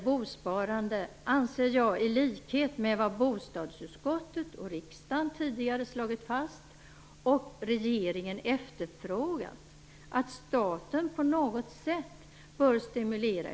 Bosparandet anser jag, i likhet med vad bostadsutskottet och riksdagen tidigare slagit fast och regeringen efterfrågat, att staten på något sätt bör stimulera.